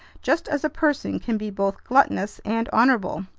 just as a person can be both gluttonous and honorable.